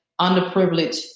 underprivileged